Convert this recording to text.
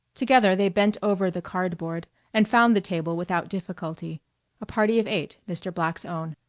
together they bent over the cardboard and found the table without difficulty a party of eight, mr. black's own.